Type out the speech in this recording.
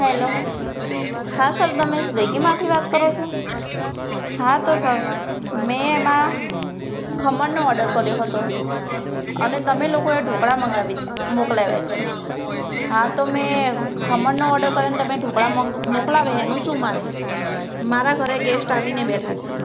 hello હા sir તમે સ્વિગીમાંથી વાત કરો છો હા તો સર મેં એમાં ખમણનો ઓડર કર્યો હતો અને તમે લોકોએ ઢોકળા મંગાવી મોકલાવ્યા છે હા તો મેં ખમણનો ઓડર કર્યોને તમે ઢોકળા મોકલાવે એનું શું મારે મારા ઘરે ગેસ્ટ આવીને બેઠા છે